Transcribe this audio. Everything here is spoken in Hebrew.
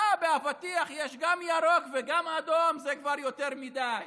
מה, באבטיח יש גם ירוק וגם אדום, זה כבר יותר מדי.